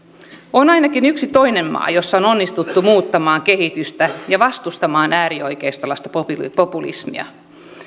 on ainakin yksi toinen maa jossa on onnistuttu muuttamaan kehitystä ja vastustamaan äärioikeistolaista populismia